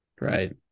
right